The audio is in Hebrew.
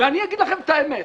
ואני אגיד לכם את האמת.